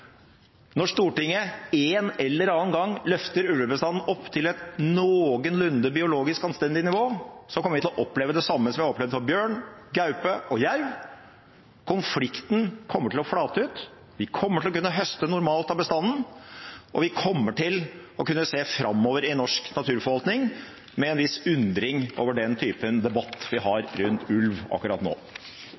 Når Stortinget en eller annen gang løfter ulvebestanden opp til et noenlunde biologisk anstendig nivå, kommer vi til å oppleve det samme som vi har opplevd når det gjelder bjørn, gaupe og jerv – konflikten kommer til å flate ut, vi kommer til å kunne høste normalt av bestanden, og vi kommer til å kunne se framover i norsk naturforvaltning med en viss undring over den typen debatt vi har om ulv akkurat nå.